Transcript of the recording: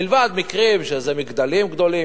מלבד מקרים שזה מגדלים גדולים,